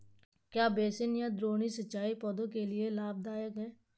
क्या बेसिन या द्रोणी सिंचाई पौधों के लिए लाभदायक है?